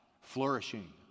flourishing